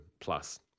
plus